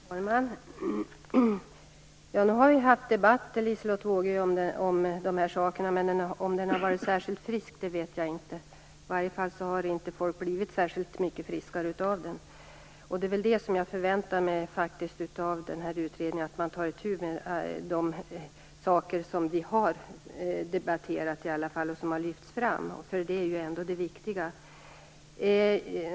Fru talman! Ja, nog har vi haft debatter, Liselotte Wågö, om de här sakerna. Om de har varit särskilt friska vet jag inte, i varje fall har inte folk blivit särskilt mycket friskare av dem. Det är faktiskt det jag förväntar mig av utredningen - att man tar itu med de saker vi har debatterat och som har lyfts fram. Det är ju ändå det viktiga.